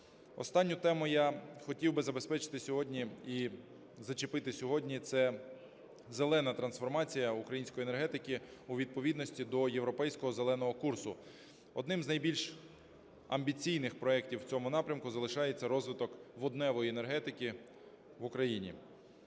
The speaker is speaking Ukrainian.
Останню тему я хотів би забезпечити сьогодні і зачепити сьогодні – це "зелена" трансформація української енергетики у відповідності до Європейського зеленого курсу. Одним з найбільш амбіційних проектів у цьому напрямку залишається розвиток водневої енергетики в Україні.